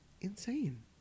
Insane